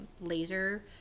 laser